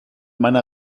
meiner